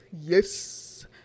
yes